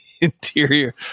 interior